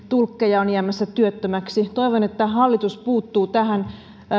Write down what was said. tulkkeja on jäämässä työttömäksi toivon että hallitus puuttuu tähän